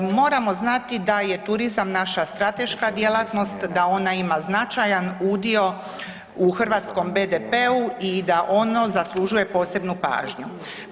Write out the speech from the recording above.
Moramo znati da je turizam naša strateška djelatnost, da ona ima značajan udio u Hrvatskom BDP-u i da ono zaslužuje posebnu pažnju.